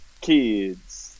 kids